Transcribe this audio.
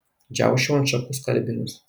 džiausčiau ant šakų skalbinius